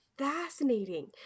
Fascinating